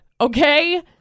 okay